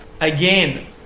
Again